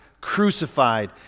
crucified